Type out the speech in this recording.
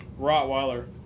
Rottweiler